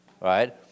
right